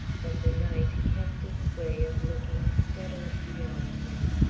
but the night kept its way of looking steadily beyond him.